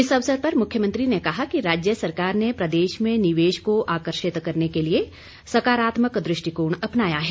इस अवसर पर मुख्यमंत्री ने कहा कि राज्य सरकार ने प्रदेश में निवेश को आकर्षित करने के लिए सकारात्मक दृष्टिकोण अपनाया है